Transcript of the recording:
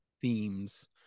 themes